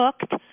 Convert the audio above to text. cooked